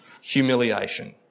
humiliation